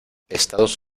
estados